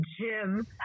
gym